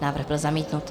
Návrh byl zamítnut.